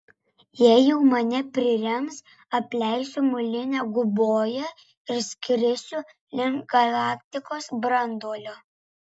jei jau mane prirems apleisiu muilinę guboją ir skrisiu link galaktikos branduolio